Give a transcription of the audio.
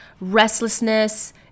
Restlessness